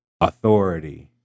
Authority